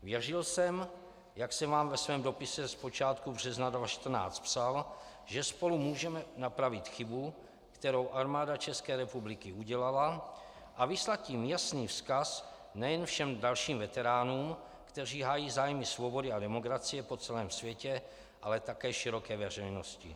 Věřil jsem, jak jsem vám ve svém dopise z počátku března 2014 psal, že spolu můžeme napravit chybu, kterou Armáda České republiky udělala, a vyslat tím jasný vzkaz nejen všem dalším veteránům, kteří hájí zájmy svobody a demokracie po celém světě, ale také široké veřejnosti.